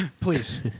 please